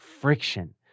friction